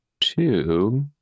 two